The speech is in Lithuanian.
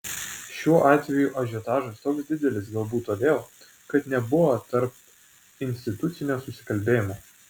šiuo atveju ažiotažas toks didelis galbūt todėl kad nebuvo tarpinstitucinio susikalbėjimo